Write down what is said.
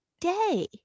day